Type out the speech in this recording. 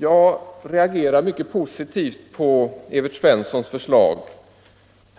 Jag reagerar positivt på Evert Svenssons förslag